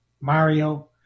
Mario